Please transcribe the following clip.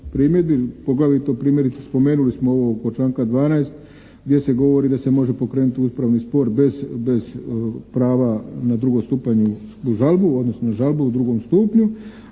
poglavito primjerice spomenuli smo ovo oko članka 12. gdje se govori da se može pokrenuti upravni spor bez prava na drugostupanjsku žalbu, odnosno žalbu u drugom stupnju,